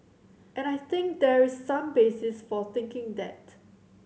and I think there is some basis for thinking that